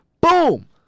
Boom